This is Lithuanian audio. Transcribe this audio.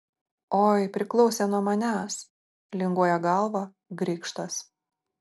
oi priklausė nuo manęs linguoja galvą grikštas